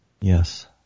Yes